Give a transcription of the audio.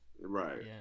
Right